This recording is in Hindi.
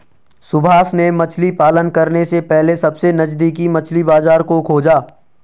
सुभाष ने मछली पालन करने से पहले सबसे नजदीकी मछली बाजार को खोजा